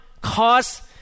cause